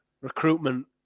recruitment